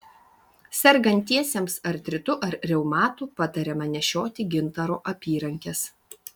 sergantiesiems artritu ar reumatu patariama nešioti gintaro apyrankes